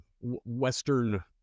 Western